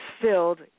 filled